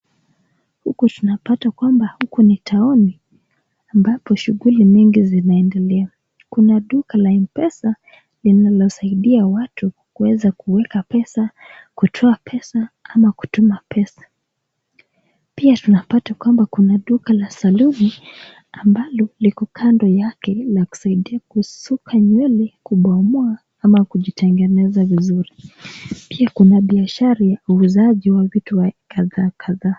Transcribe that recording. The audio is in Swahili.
Huku tunapata kwamba huku ni taoni ambako shughuli mingi zinaendelea. Kuna duka la Mpesa linalosaidia watu kueza kueka pesa, kutoa pesa ama kutuma pesa. Pia tunapata kwamba kuna duka la saluni ambalo liko kando lake la kusaidi kushuka nywele, kubomoa ,au kutengeneza vizuri. Pia kuna biashara ya uuzaji wa vitu kadhaa kadhaa.